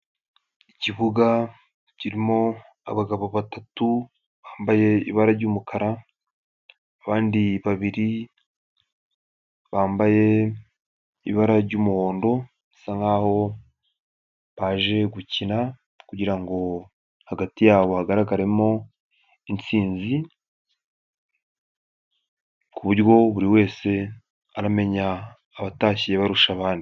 Ikibuga kirimo abagabo batatu bambaye ibara ry'umukara, abandi babiri bambaye ibara ry'umuhondo, bisa nkaho baje gukina kugira ngo hagati yabo hagaragaremo intsinzi, ku buryo buri wese aramenya abatashye barusha abandi.